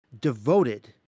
devoted